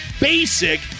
basic